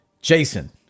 Jason